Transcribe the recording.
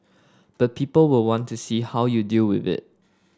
but people will want to see how you deal with it